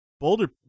Boulder